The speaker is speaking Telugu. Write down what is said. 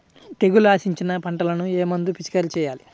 తెగుళ్లు ఆశించిన పంటలకు ఏ మందు పిచికారీ చేయాలి?